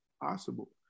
possible